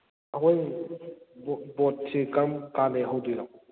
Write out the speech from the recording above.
ꯑꯩꯈꯣꯏ ꯕꯣꯔꯗꯁꯤ ꯀꯔꯝ ꯀꯥꯟꯗꯒꯤ ꯍꯧꯗꯣꯏꯅꯣ